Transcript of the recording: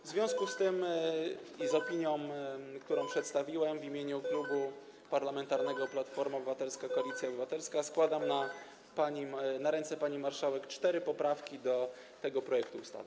W związku z tym i z opinią, którą przedstawiłem, w imieniu Klubu Parlamentarnego Platforma Obywatelska - Koalicja Obywatelska składam na ręce pani marszałek cztery poprawki do tego projektu ustawy.